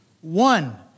one